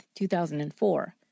2004